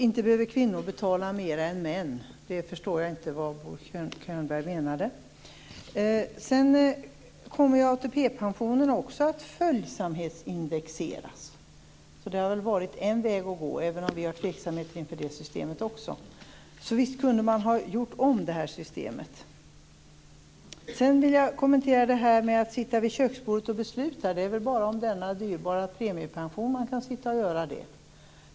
Inte behöver kvinnor betala mer än män. Det förstår jag inte vad Bo Könberg menade med. Sedan kommer ATP-pensionerna också att följsamhetsindexeras. Det hade varit en väg att gå, även om vi är tveksamma inför det systemet också. Men visst kunde man ha gjort om det systemet. Jag vill kommentera påståendet om att sitta vid köksbordet och besluta. Det är väl bara om den dyrbara premiepensionen man kan göra det.